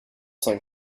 cinq